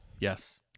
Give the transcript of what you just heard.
yes